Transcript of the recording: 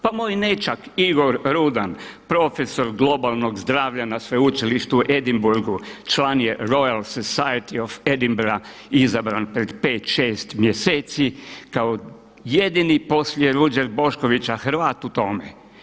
Pa moj nećak Igor Rudan, profesor globalnog zdravlja na sveučilištu u Edinburgu član je Royal society of Edinburgh, izabran pred 5, 6 mjeseci kao jedini poslije Ruđer Boškovića Hrvat u tome.